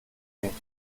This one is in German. nicht